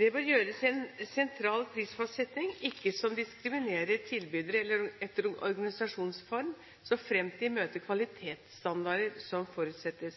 Det bør gjøres en sentral prisfastsetting som ikke diskriminerer tilbydere etter organisasjonsform, så fremt de møter kvalitetsstandarder som forutsettes.